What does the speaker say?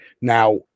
now